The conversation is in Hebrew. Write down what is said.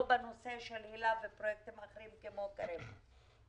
בנושא היל"ה ופרויקטים אחרים כמו קרן קרב.